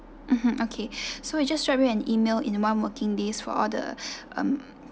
mmhmm okay so we just drop you an email in the one working days for all the um